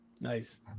Nice